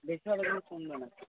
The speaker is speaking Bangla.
বেশি